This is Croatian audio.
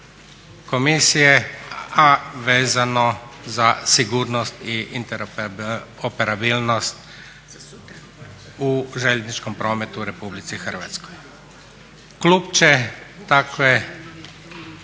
komisije a vezano za sigurnost i interoperabilnost u željezničko prometu u RH. Klub će takve